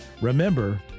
remember